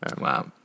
Wow